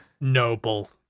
Noble